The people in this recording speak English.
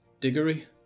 Diggory